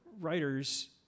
writers